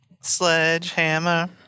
Sledgehammer